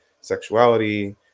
sexuality